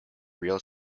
real